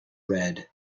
red